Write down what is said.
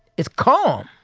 it's calm.